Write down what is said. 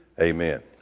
amen